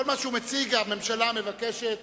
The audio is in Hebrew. כל מה שהשר מציג, הממשלה מבקשת